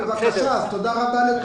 בבקשה ותודה רבה לכולם.